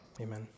Amen